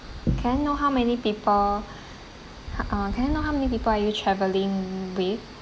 can I know how many people uh can know how many people are you travelling with